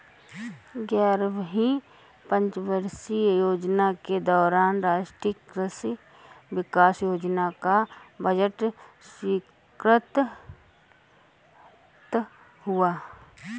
ग्यारहवीं पंचवर्षीय योजना के दौरान राष्ट्रीय कृषि विकास योजना का बजट स्वीकृत हुआ